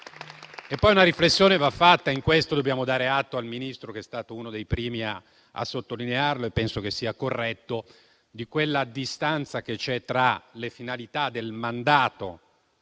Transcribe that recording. Una riflessione va anche fatta - e a tale proposito dobbiamo dare atto al Ministro, che è stato uno dei primi a sottolinearlo e penso che sia corretto farlo - sulla distanza che c'è tra le finalità del mandato